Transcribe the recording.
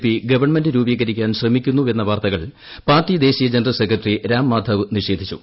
P government രൂപീകരിക്കാൻ ശ്രമിക്കുന്നുവെന്ന വാർത്തകൾ പാർട്ടി ദേശീയ ജനറൽ സെക്രട്ടറി രാം മാധവ് നിഷേധിച്ചു